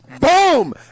Boom